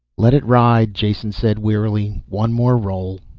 let it ride, jason said wearily, one more roll.